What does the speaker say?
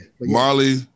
Marley